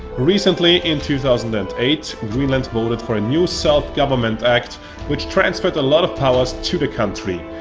recently, in two thousand and eight greenland voted for a new self-government act which transferred a lot of powers to the country.